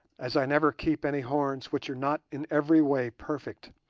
as i never keep any horns which are not in every way perfect,